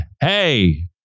Hey